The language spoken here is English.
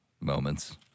moments